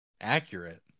Accurate